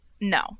no